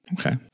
Okay